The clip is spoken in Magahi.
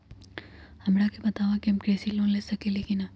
हमरा के बताव कि हम कृषि लोन ले सकेली की न?